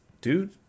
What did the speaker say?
dude